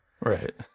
Right